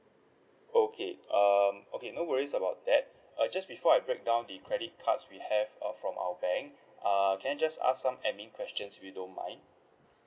okay um okay no worries about that uh just before I break down the credit cards we have uh from our bank uh can I just ask some admin questions if you don't mind